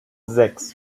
sechs